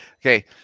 okay